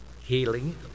healing